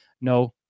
no